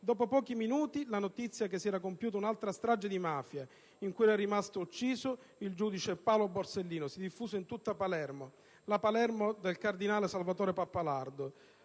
Dopo pochi minuti la notizia che si era compiuta un'altra strage di mafia, in cui era rimasto ucciso il giudice Paolo Borsellino, si diffuse in tutta Palermo, la Palermo del cardinale Salvatore Pappalardo.